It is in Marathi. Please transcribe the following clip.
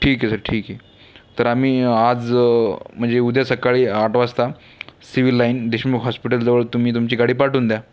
ठीक आहे सर ठीक आहे तर आम्ही आज म्हणजे उद्या सकाळी आठ वाजता सिव्हिल लाईन देशमुख हॉस्पिटलजवळ तुम्ही तुमची गाडी पाठवून द्या